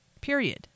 Period